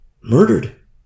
Murdered